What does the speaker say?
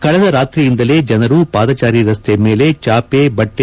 ಕಳೆದ ರಾತ್ರಿಯಿಂದಲೇ ಜನರು ಪಾದಚಾರಿ ರಸ್ತೆ ಮೇಲೆ ಚಾಪೆ ಬಟ್ಟೆ